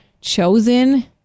chosen